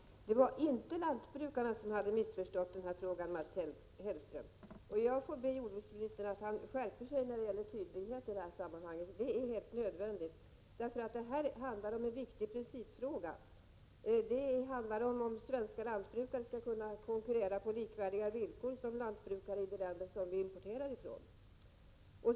Herr talman! Det var inte lantbrukarna som hade missförstått den här frågan, Mats Hellström. Jag får be jordbruksministern skärpa sig när det gäller tydligheten i de här sammanhangen — det är helt nödvändigt, eftersom det gäller en viktig principfråga. Det hela handlar om huruvida svenska lantbrukare skall kunna konkurrera på samma villkor som lantbrukarna i de länder från vilka vi importerar lantbruksprodukter.